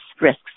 risks